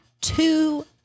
two